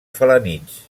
felanitx